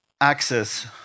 access